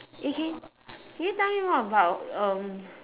eh can can you tell me more about um